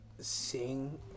sing